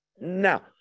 now